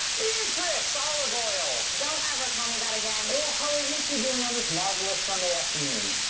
beatrice! olive oil! don't ever call me that again. well how are you two doing on this marvelous sunday afternoon?